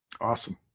Awesome